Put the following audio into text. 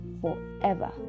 forever